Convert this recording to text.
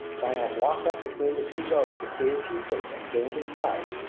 when i have walked up between the two rows of seated chieftains and gained his side,